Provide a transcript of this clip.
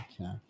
Okay